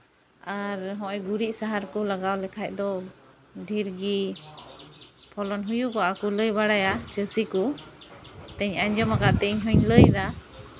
ᱟᱨ ᱱᱚᱜᱼᱚᱭ ᱜᱩᱨᱤᱡ ᱥᱟᱦᱟᱨ ᱠᱚ ᱞᱟᱜᱟᱣ ᱞᱮᱠᱷᱟᱡ ᱫᱚ ᱰᱷᱮᱨ ᱜᱮ ᱯᱷᱚᱞᱚᱱ ᱦᱩᱭᱩᱜᱚᱜᱼᱟ ᱠᱚ ᱞᱟᱹᱭ ᱵᱟᱲᱟᱭᱟ ᱪᱟᱹᱥᱤ ᱠᱚ ᱟᱸᱡᱚᱢ ᱠᱟᱜ ᱛᱤᱧ ᱤᱧᱦᱚᱸᱧ ᱞᱟᱹᱭᱫᱟ